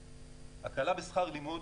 הקלה בשכר לימוד.